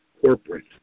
corporate